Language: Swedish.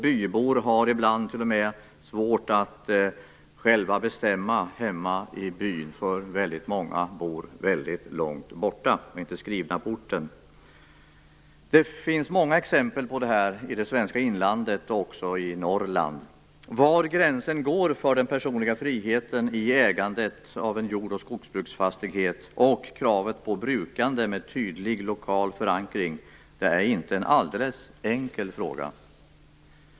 Bybor har ibland t.o.m. svårt att själva bestämma hemma i byn, då väldigt många bor väldigt långt borta och inte är skrivna på orten. Det finns många exempel på detta i det svenska inlandet och också i Norrland. Var gränsen går mellan den personliga friheten i ägandet av en jord och skogsbruksfastighet och kravet på brukande med tydlig lokal förankring är inte en alldeles enkel fråga.